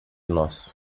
nós